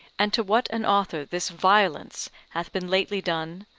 and to what an author this violence hath been lately done,